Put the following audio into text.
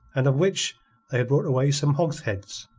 and of which they had brought away some hogsheads.